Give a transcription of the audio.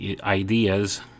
ideas